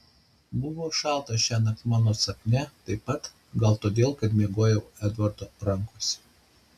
buvo šalta šiąnakt mano sapne taip pat gal todėl kad miegojau edvardo rankose